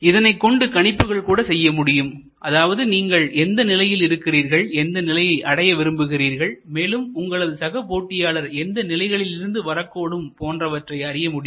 இதனைக் கொண்டு கணிப்புகள் கூட செய்ய முடியும் அதாவது நீங்கள் எந்த நிலையில் இருக்கிறீர்கள் எந்த நிலையை அடைய விரும்புகிறீர்கள் மேலும் உங்களது சக போட்டியாளர் எந்த நிலைகளிலிருந்து வரக்கூடும் போன்றவற்றை அறிய முடியும்